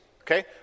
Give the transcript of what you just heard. Okay